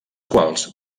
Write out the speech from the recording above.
quals